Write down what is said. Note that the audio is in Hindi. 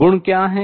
गुण क्या हैं